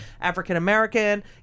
African-American